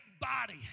body